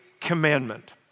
commandment